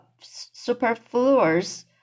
superfluous